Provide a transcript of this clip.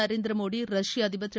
நரேந்திர மோடி ரஷ்ய அதிபர் திரு